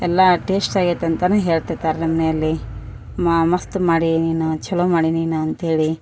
ಎಲ್ಲಾ ಟೇಸ್ಟಾಗೈತಿ ಅಂತನು ಹೇಳ್ತಿರ್ತಾರ ನಮ್ಮ ಮನೆಯಲ್ಲಿ ಮಸ್ತ್ ಮಾಡೀ ನೀನು ಚಲೋ ಮಾಡೀ ನೀನು ಅಂತೇಳಿ